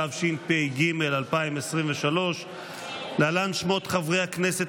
התשפ"ג 2023. להלן שמות חברי הכנסת